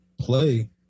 play